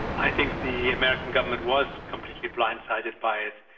i think the american government was completely blind-sided by it.